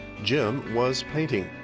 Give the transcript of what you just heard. jim was painting.